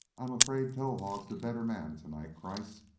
i'm afraid towahg's the better man to-night, kreiss.